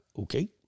Okay